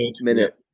minute